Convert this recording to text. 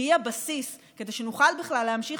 כי היא הבסיס כדי שנוכל בכלל להמשיך